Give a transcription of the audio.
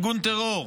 ארגון טרור.